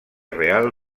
real